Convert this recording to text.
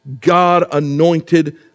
God-anointed